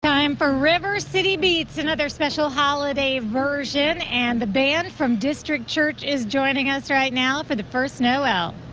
time for river city beats. another special holiday version. and the band from district church is joining us right now for the first noel.